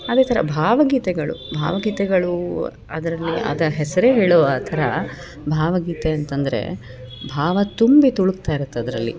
ಅದೇ ಥರ ಭಾವಗೀತೆಗಳು ಭಾವಗೀತೆಗಳೂ ಅದರಲ್ಲಿ ಅದ ಹೆಸರೇ ಹೇಳೋ ಆ ಥರ ಭಾವಗೀತೆಯಂತಂದರೆ ಭಾವ ತುಂಬಿ ತುಳಕ್ತಾಯಿರತ್ತೆ ಅದರಲ್ಲಿ